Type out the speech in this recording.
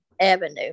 Avenue